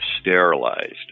sterilized